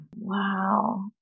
Wow